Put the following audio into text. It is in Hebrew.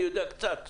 אני יודע קצת.